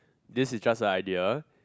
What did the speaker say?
this is just a idea